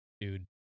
dude